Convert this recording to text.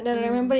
mm